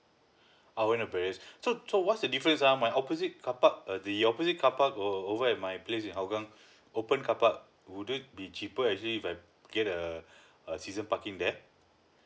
oh so so what's the difference ah my opposite car park uh the opposite car park err over at my place in hou gang open car park would it be cheaper actually if I get a a season parking there